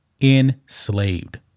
enslaved